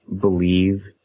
believe